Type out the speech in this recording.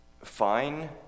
fine